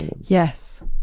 Yes